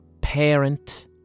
parent